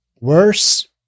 worse